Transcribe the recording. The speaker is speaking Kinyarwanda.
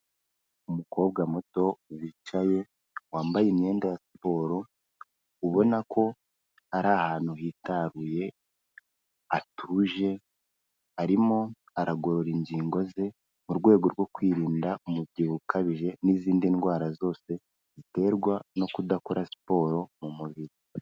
Umukobwa muto wicaye wambaye imyenda ya siporo, ubona ko ari ahantu hitaruye, atuje arimo aragorora ingingo ze mu rwego rwo kwirinda umubyibuho ukabije n'izindi ndwara zose ziterwa no kudakora siporo mu mubiri.